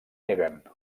neguen